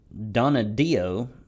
Donadio